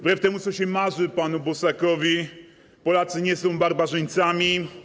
Wbrew temu, co się marzy panu Bosakowi, Polacy nie są barbarzyńcami.